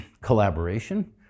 Collaboration